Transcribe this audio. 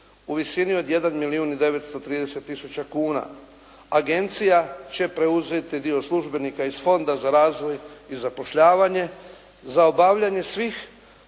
u visini od 1 milijun i 930 tisuća kuna. Agencija će preuzeti dio službenika iz Fonda za razvoj i zapošljavanje. Za obavljanje svih